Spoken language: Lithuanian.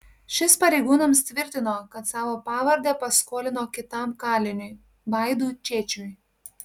šis pareigūnams tvirtino kad savo pavardę paskolino kitam kaliniui vaidui čėčiui